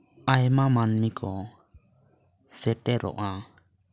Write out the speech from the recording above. ᱟᱭᱢᱟ ᱢᱟ ᱱᱢᱤ ᱠᱚ ᱥᱮᱴᱮᱨᱚᱜᱼᱟ